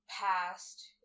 past